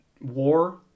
war